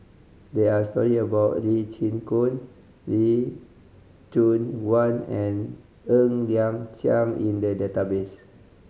there are stories about Lee Chin Koon Lee Choon Guan and Ng Liang Chiang in the database